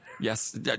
yes